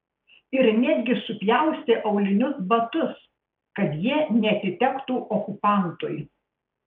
ir netgi supjaustė aulinius batus kad jie neatitektų okupantui